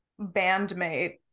bandmate